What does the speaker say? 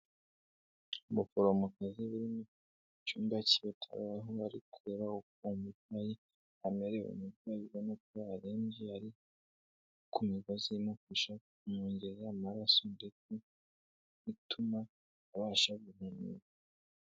Umuforomokazi uri mu cyumba cy'ibitaro, aho ari kureba ukuntu umurwayi amerewe. umurwayi ubonako arembye, ari kumigozi imufasha kumwongere amaraso ndetse ituma abasha guhumuka.